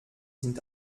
sind